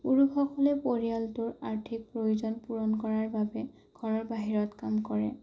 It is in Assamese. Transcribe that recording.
পুৰুষসকলে পৰিয়ালটোৰ আৰ্থিক প্ৰয়োজন পূৰণ কৰাৰ বাবে ঘৰৰ বাহিৰত কাম কৰে